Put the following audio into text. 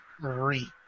three